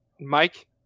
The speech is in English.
Mike